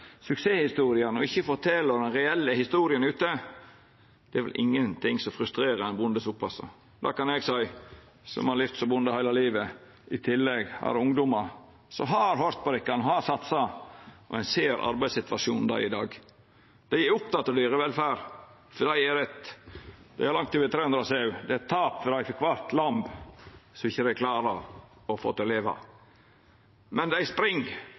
Det kan eg seia, som har levt som bonde heile livet, og i tillegg har ungdommar som har høyrt på dykk, og har satsa. Ein ser arbeidssituasjonen dei er i i dag. Dei er opptekne av dyrevelferd, dei har langt over 300 sauer, det er eit tap for dei for kvart lam dei ikkje klarer å få til å leva. Men dei spring,